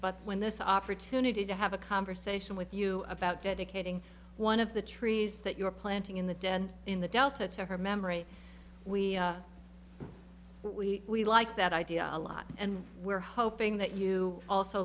but when this opportunity to have a conversation with you about dedicating one of the trees that you're planting in the den in the delta to her memory we we we like that idea a lot and we're hoping that you also